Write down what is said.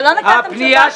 לא מהרזרבה.